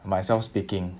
myself speaking